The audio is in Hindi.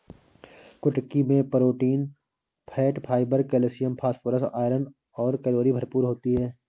कुटकी मैं protein, fat, fibre, calcium, phosphorus, iron और कैलोरी भरपूर होती है